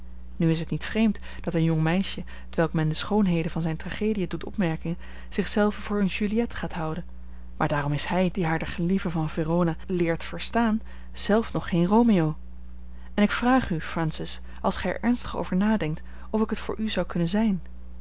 nu is het niet vreemd dat een jong meisje t welk men de schoonheden van zijne tragediën doet opmerken zich zelve voor een juliet gaat houden maar daarom is hij die haar de gelieven van verona leert verstaan zelf nog geen romeo en ik vraag u francis als gij er ernstig over nadenkt of ik het voor u zou kunnen zijn